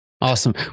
Awesome